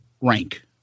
rank